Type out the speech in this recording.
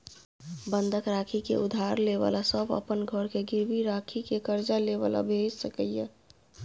बंधक राखि के उधार ले बला सब अपन घर के गिरवी राखि के कर्जा ले बला भेय सकेए